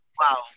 Wow